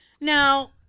Now